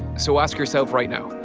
so ask yourself right now.